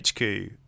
HQ